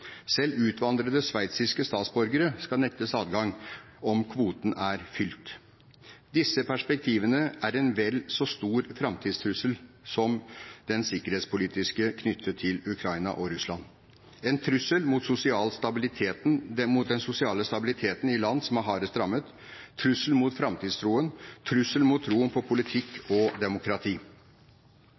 Selv utvandrede sveitsiske statsborgere skal nektes adgang om kvoten er fylt. Disse perspektivene er en vel så stor framtidstrussel som den sikkerhetspolitiske knyttet til Ukraina og Russland – en trussel mot den sosiale stabiliteten i land som er hardest rammet, en trussel mot framtidstroen, en trussel mot troen på politikk og demokrati.